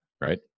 right